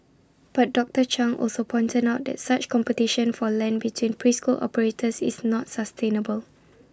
but doctor chung also pointed out that such competition for land between preschool operators is not sustainable